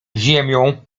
ziemią